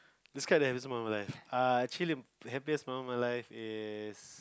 describe the happiest moment of your life err chilling the happiest moment of my life is